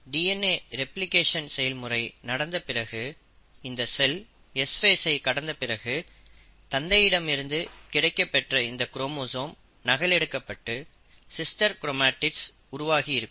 DNA replication செயல்முறை நடந்த பிறகு இந்த செல் S ஃபேஸ் ஐ கடந்த பிறகு தந்தையிடமிருந்து கிடைக்கப்பெற்ற இந்த குரோமோசோம் நகல் எடுக்கப்பட்டு சிஸ்டர் கிரோமடிட்ஸ் உருவாகி இருக்கும்